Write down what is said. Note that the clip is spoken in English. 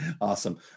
Awesome